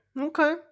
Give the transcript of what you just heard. Okay